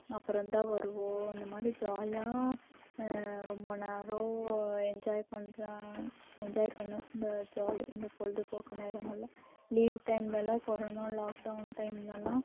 அப்புறம்தான் வருவோம் இந்த மாதிரி ஜாலியாக ரொம்ப நேரம் என்ஜாய் பண்ணுறேன் என்ஜாய் பண்ணேன் இந்த ஜாலி இந்த பொழுதுபோக்கு நேரங்களில் லீவ் டைம்ல எல்லாம் கொரோனா லாக்டவுன் டைம்ல எல்லாம்